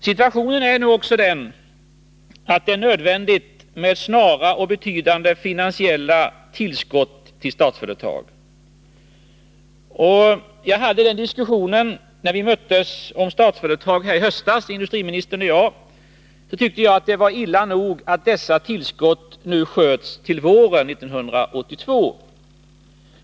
Situationen är nu också den att det är nödvändigt med snara och betydande finansiella tillskott till Statsföretag. Vi hade den diskussionen om Statsföre tag när vi möttes här i höstas, industriministern och jag. Då tyckte jag att det var illa nog att dessa tillskott fördröjts till våren 1982.